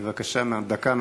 בבקשה, דקה מהמקום.